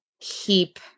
keep